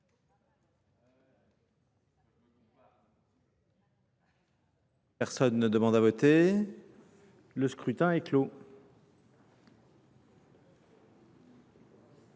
Personne ne demande à voter. Le scrutin est clos.